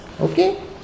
okay